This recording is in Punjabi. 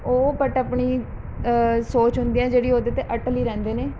ਉਹ ਬਟ ਆਪਣੀ ਸੋਚ ਹੁੰਦੀ ਹੈ ਜਿਹੜੀ ਉਹਦੇ 'ਤੇ ਅਟਲ ਹੀ ਰਹਿੰਦੇ ਨੇ